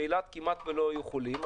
באילת כמעט ולא היו חולים.